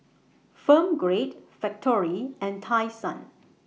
Firm Grade Factorie and Tai Sun